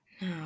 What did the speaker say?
now